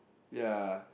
ya